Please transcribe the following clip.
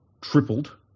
tripled